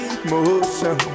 emotion